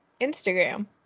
Instagram